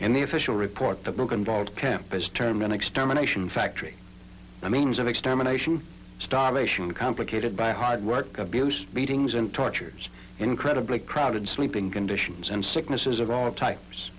and the official report the book involved camp is termed an extermination factory i means of extermination starvation complicated by hard work abuse beatings and tortures incredibly crowded sleeping conditions and sicknesses of all types